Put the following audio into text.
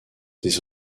des